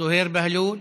זוהיר בהלול.